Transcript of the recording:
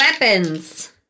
weapons